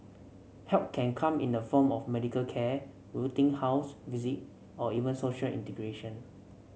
help can come in the form of medical care routine house visit or even social integration